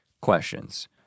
questions